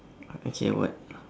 ah okay what